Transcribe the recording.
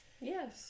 Yes